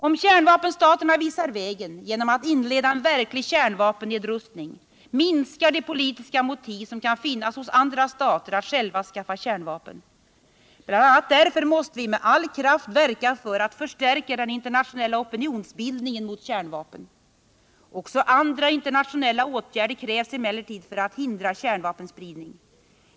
Om kärnvapenstaterna visar vägen genom att inleda en verklig kärnvapennedrustning minskar de politiska motiv som kan finnas hos andra stater att själva skaffa kärnvapen. BI. a. därför måste vi med all kraft verka för att förstärka den internationella opinionsbildningen mot kärnvapen. Också andra internationella åtgärder krävs emellertid för att hindra kärnvapenspridning.